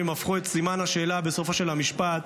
הפכו את סימן השאלה בסופו של המשפט,